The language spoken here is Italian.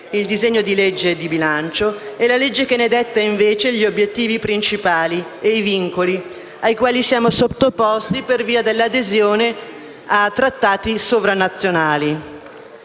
il disegno di legge di bilancio e la legge che ne detta invece gli obiettivi principali e i vincoli, ai quali siamo sottoposti per via dell'adesione a trattati sovranazionali,